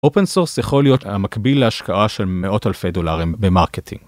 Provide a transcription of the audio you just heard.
אופן סורס יכול להיות המקביל להשקעה של מאות אלפי דולרים במרקטינג.